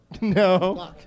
No